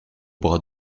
bras